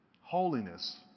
holiness